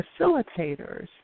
facilitators